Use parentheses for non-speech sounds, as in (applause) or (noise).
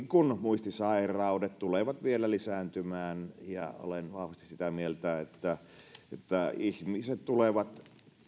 (unintelligible) kun muistisairaudet tulevat vielä lisääntymään ja olen vahvasti sitä mieltä että ihmiset tulevat